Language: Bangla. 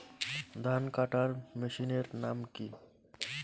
ধান কাটার মেশিনের নাম কি?